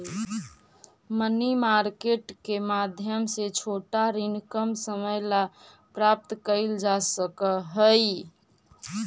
money market के माध्यम से छोटा ऋण कम समय ला प्राप्त कैल जा सकऽ हई